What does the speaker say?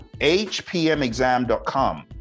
hpmexam.com